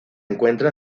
encuentra